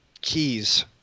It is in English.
Keys